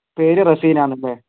പേര് റസീനായെന്ന് അല്ലേ